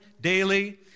daily